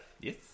Yes